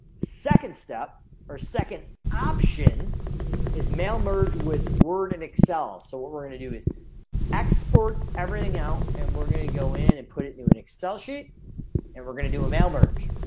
second step or second option is mail merge with. word and excel, so what we're gonna do is export everything out and we're gonna go in and put it into an excel sheet and we're gonna do a mail merge